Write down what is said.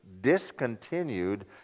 discontinued